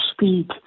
speak